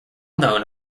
known